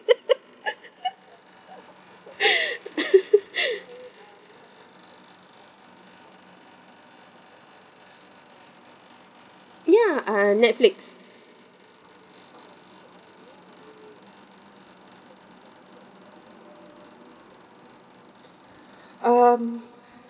ya uh netflix um